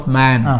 man